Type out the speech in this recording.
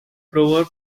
proverb